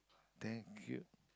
thank you